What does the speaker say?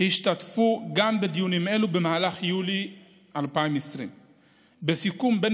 השתתפו גם בדיונים אלו במהלך יולי 2020. בסיכום בין